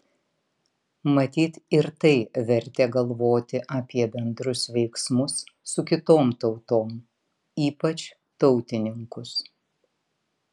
matyt ir tai vertė galvoti apie bendrus veiksmus su kitom tautom ypač tautininkus